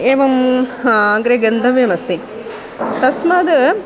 एवम् हा अग्रे गन्तव्यमस्ति तस्माद्